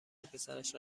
پسرش